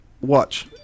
watch